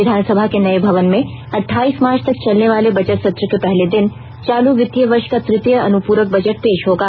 विधानसभा के नए भवन में अठाईस मार्च तक चलने वाले बजट सत्र के पहले दिन चालू वित्तीय वर्ष का तृतीय अनुपूरक बजट पेश होगा